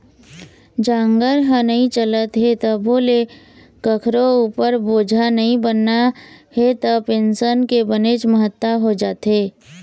जांगर ह नइ चलत हे तभो ले कखरो उपर बोझा नइ बनना हे त पेंसन के बनेच महत्ता हो जाथे